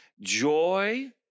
Joy